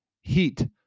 heat